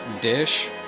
dish